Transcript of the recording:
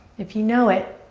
if you know it